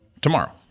tomorrow